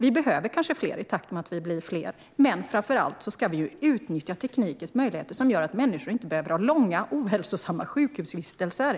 Vi behöver kanske fler i takt med att vi blir fler, men framför allt ska vi utnyttja teknikens möjligheter, som gör att människor inte behöver ha långa, ohälsosamma sjukhusvistelser.